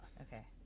Okay